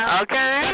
okay